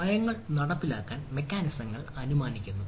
നയങ്ങൾ നടപ്പിലാക്കാൻ മെക്കാനിസങ്ങൾ അനുമാനിക്കുന്നു